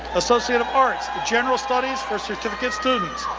associate of arts, general studies for certificate students,